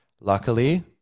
luckily